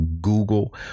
Google